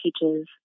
teaches